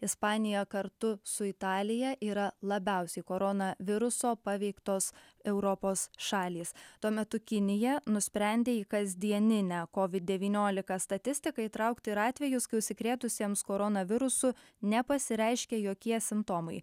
ispanija kartu su italija yra labiausiai koronaviruso paveiktos europos šalys tuo metu kinija nusprendė į kasdieninę covid devyniolika statistiką įtraukti ir atvejus kai užsikrėtusiems koronavirusu nepasireiškė jokie simptomai